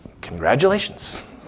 Congratulations